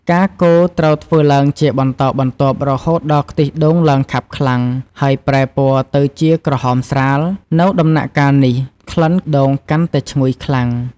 ការកូរត្រូវធ្វើឡើងជាបន្តបន្ទាប់រហូតដល់ខ្ទិះដូងឡើងខាប់ខ្លាំង ហើយប្រែពណ៌ទៅជាក្រហមស្រាល នៅដំណាក់កាលនេះ ក្លិនដូងកាន់តែឈ្ងុយខ្លាំង។